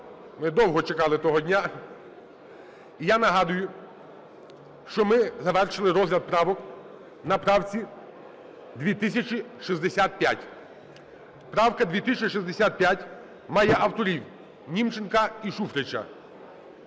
Ми довго чекали того дня. Я нагадую, що ми завершили розгляд правок на правці 2065. Правка 2065 має авторів Німченка і Шуфрича.